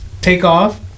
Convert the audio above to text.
Takeoff